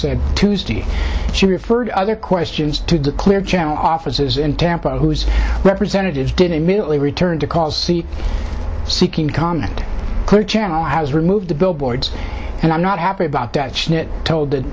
said tuesday she referred other questions to clear channel offices in tampa whose representatives didn't immediately returned to calls the seeking comment clear channel has removed the billboards and i'm not happy about that she told th